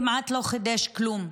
זה כמעט לא חידש כלום,